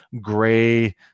gray